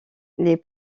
les